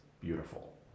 beautiful